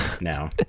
now